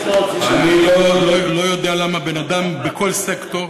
אני לא יודע למה בן-אדם בכל סקטור,